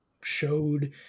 showed